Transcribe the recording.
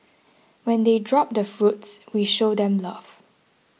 when they drop the fruits we show them love